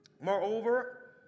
Moreover